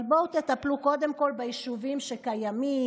אבל בואו תטפלו קודם כול ביישובים שקיימים,